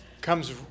comes